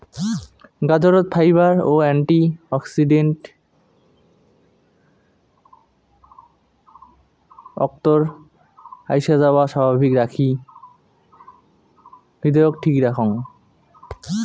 গাজরত fibre ও antioxidant অক্তর আইসাযাওয়া স্বাভাবিক রাখি হৃদয়ক ঠিক রাখং